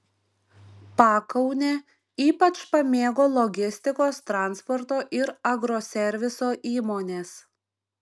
pakaunę ypač pamėgo logistikos transporto ir agroserviso įmonės